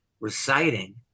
reciting